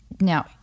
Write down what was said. now